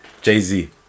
Jay-Z